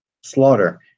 slaughter